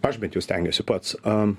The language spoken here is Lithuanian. aš bet jau stengiuosi pats a